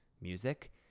music